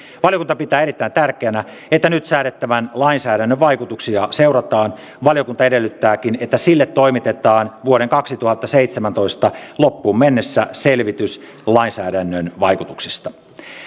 valiokunta pitää erittäin tärkeänä että nyt säädettävän lainsäädännön vaikutuksia seurataan valiokunta edellyttääkin että sille toimitetaan vuoden kaksituhattaseitsemäntoista loppuun mennessä selvitys lainsäädännön vaikutuksista